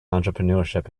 entrepreneurship